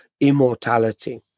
immortality